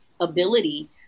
ability